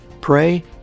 Pray